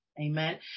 Amen